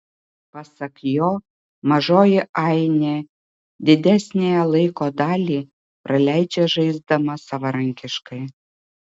pasak jo mažoji ainė didesniąją laiko dalį praleidžia žaisdama savarankiškai